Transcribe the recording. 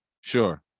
Sure